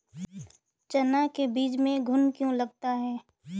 चना के बीज में घुन क्यो लगता है?